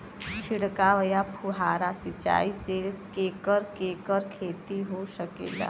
छिड़काव या फुहारा सिंचाई से केकर केकर खेती हो सकेला?